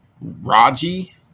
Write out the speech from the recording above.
Raji